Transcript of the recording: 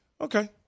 Okay